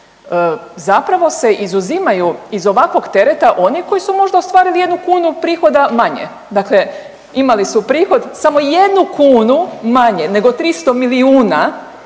zapravo se izuzimaju iz ovakvog tereta oni koji su možda ostvarili jednu kunu prihoda manje, dakle imali su prihod samo jednu kunu manje nego 300 milijuna